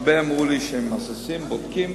הרבה אמרו לי שהם מהססים ובודקים.